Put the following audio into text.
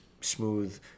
smooth